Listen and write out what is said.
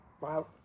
Wow